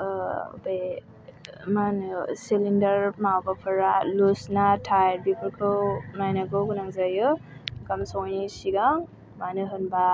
बे मा होनो सिलिन्दार माबाफोरा लुस ना थाइद बेखौ नायनांगौ गोनां जायो ओंखाम संनायनि सिगां मानो होनबा